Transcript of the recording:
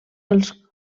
els